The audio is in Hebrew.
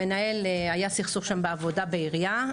היה סכסוך בעבודה, בעירייה.